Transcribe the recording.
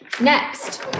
next